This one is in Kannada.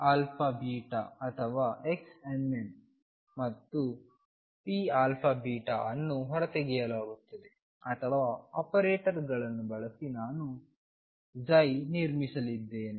xαβ ಅಥವಾ xmn ಮತ್ತು pαβ ಅನ್ನು ಹೊರತೆಗೆಯಲಾಗುತ್ತದೆ ಅಥವಾ ಆಪರೇಟರ್ಗಳನ್ನು ಬಳಸಿ ನಾನು ನಿರ್ಮಿಸಿದ್ದೇನೆ